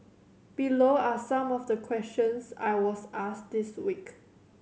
below are some of the questions I was asked this week